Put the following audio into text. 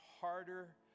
harder